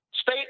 state